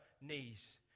knees